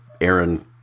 Aaron